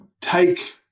take